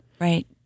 Right